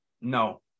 no